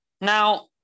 Now